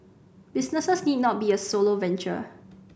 businesses need not be a solo venture